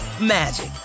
magic